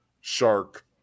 shark